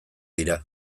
dira